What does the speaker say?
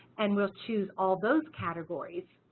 and we'll choose all those categories